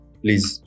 please